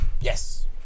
Yes